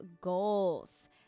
goals